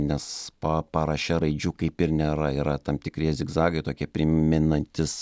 nes pa paraše raidžių kaip ir nėra yra tam tikri zigzagai tokie primenantys